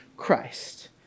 Christ